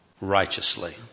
righteously